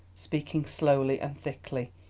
speaking slowly and thickly,